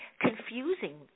confusing